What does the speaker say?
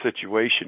situation